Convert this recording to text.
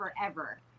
forever